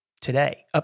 today